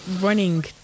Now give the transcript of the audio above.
running